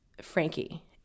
Frankie